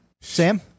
Sam